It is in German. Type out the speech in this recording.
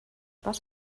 was